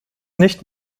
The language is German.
nicht